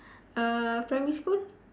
uh primary school